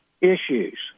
issues